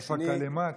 ארפע כלימאת?